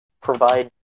provide